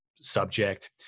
subject